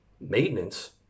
maintenance